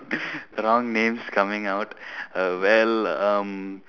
wrong names coming out uh well um